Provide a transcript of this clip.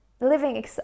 living